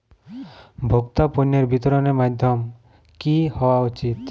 ভোক্তা পণ্যের বিতরণের মাধ্যম কী হওয়া উচিৎ?